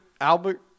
Albert